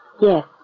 Yes